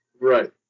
Right